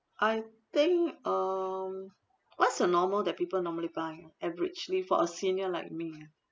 I think um what's your normal that people normally buy averagely for a senior like me ah